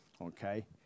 okay